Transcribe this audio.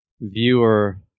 viewer